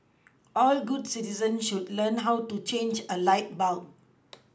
all good citizens should learn how to change a light bulb